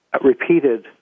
repeated